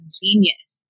genius